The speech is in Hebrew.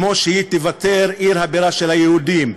כמו שהיא תיוותר עיר הבירה של היהודים.